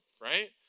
right